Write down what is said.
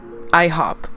IHOP